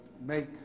make